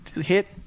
Hit